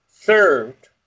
served